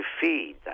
feed